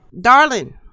darling